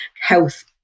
health